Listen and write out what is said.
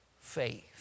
faith